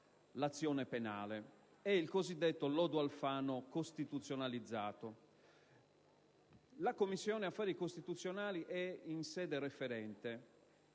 l'azione penale: è il cosiddetto lodo Alfano costituzionalizzato. La Commissione affari costituzionali sta svolgendo